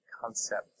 concept